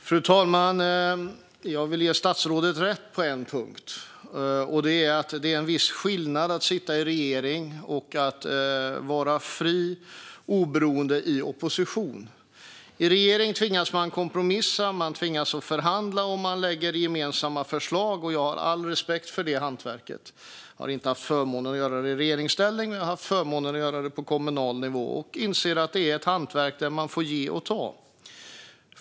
Fru talman! Jag ska ge statsrådet rätt på en punkt. Det är en viss skillnad mellan att sitta i regering och att vara fri och oberoende i opposition. I regering tvingas man kompromissa, förhandla och lägga fram gemensamma förslag. Jag har all respekt för det hantverket. Jag har inte haft förmånen att göra detta i regeringsställning men på kommunal nivå, och jag inser att det är ett hantverk där man får ge och ta.